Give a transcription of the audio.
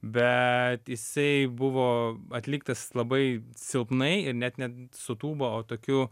bet jisai buvo atliktas labai silpnai ir net ne su tūba o tokiu